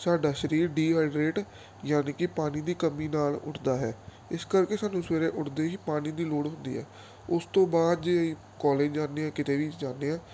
ਸਾਡਾ ਸਰੀਰ ਡੀਹਾਈਡਰੇਟ ਯਾਨੀ ਕਿ ਪਾਣੀ ਦੀ ਕਮੀ ਨਾਲ ਉੱਠਦਾ ਹੈ ਇਸ ਕਰਕੇ ਸਾਨੂੰ ਸਵੇਰੇ ਉੱਠਦੇ ਹੀ ਪਾਣੀ ਦੀ ਲੋੜ ਹੁੰਦੀ ਹੈ ਉਸ ਤੋਂ ਬਾਅਦ ਜੇ ਕੋਲਜ ਜਾਂਦੇ ਹਾਂ ਕਿਤੇ ਵੀ ਜਾਂਦੇ ਹਾਂ